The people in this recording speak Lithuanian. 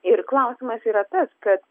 ir klausimas yra tas kad